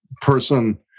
person